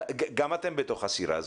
גם אתם בתוך הסירה הזאת,